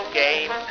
game